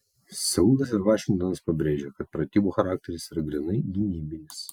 seulas ir vašingtonas pabrėžė kad pratybų charakteris yra grynai gynybinis